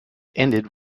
ended